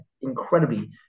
incredibly